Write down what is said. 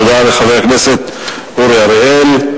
תודה לחבר הכנסת אורי אריאל.